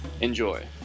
Enjoy